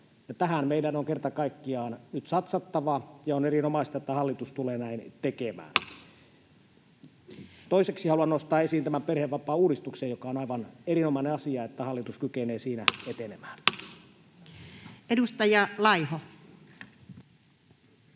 tähän meidän on kerta kaikkiaan nyt satsattava, ja on erinomaista, että hallitus tulee näin tekemään. Toiseksi haluan nostaa esiin tämän perhevapaauudistuksen, ja on aivan erinomainen asia, että hallitus kykenee siinä